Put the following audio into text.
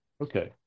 Okay